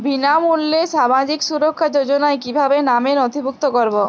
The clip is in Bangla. বিনামূল্যে সামাজিক সুরক্ষা যোজনায় কিভাবে নামে নথিভুক্ত করবো?